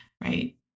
right